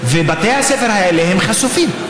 בלי אבטחה, ובתי הספר האלה חשופים.